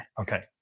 Okay